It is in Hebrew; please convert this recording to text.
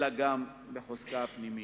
אלא גם בחוזקה הפנימי.